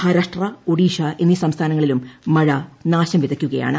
മഹാരാഷ്ട്ര ഒഡീഷ എന്നീ സംസ്ഥാനങ്ങളിലും മഴ നാശം വിതക്കുകയാണ്